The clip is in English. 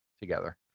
together